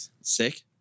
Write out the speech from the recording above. sick